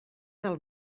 del